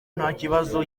ntakibazo